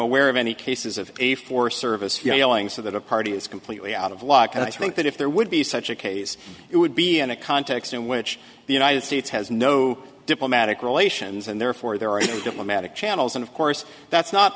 aware of any cases of a forest service failing so that a party is completely out of luck i think that if there would be such a case it would be in a context in which the united states has no diplomatic relations and therefore there are diplomatic channels and of course that's not